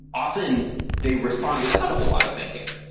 often they respond without a whole lot of thinking.